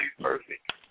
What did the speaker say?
perfect